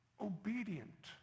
obedient